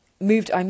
moved